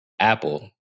Apple